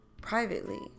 privately